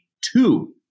two